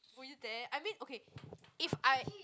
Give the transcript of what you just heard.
will you dare I mean okay if I